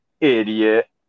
idiot